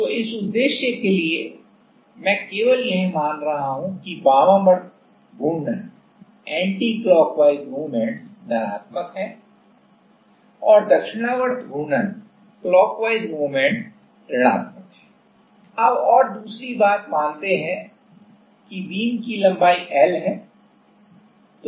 तो इस उद्देश्य के लिए मैं केवल यह मान रहा हूं कि एंटीक्लॉकवाइज मोमेंट्स धनात्मक है और क्लॉक वाइज मोमेंट ऋणात्मक है अब और दूसरी बात मानते हैं कि बीम की लंबाई L है